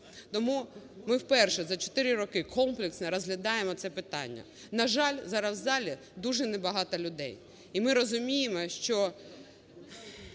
Тому ми вперше за 4 роки комплексно розглядаємо це питання. На жаль, зараз в залі дуже небагато людей і ми розуміємо, що